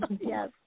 Yes